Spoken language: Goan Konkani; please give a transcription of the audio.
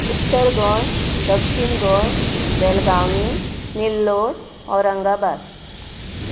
उत्तर गोंय दक्षीण गोंय बेलगावी निलौर औरंगाबाद